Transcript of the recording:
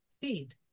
feed